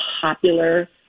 popular